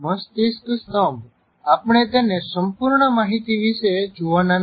મસ્તિષ્ક સ્તંભ આપણે તેને સંપર્ણ માહિતી વિશે જોવાના નથી